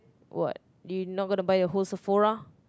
what do you not gonna buy the whole Sephora